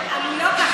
עלויות,